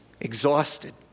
Exhausted